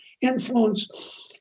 influence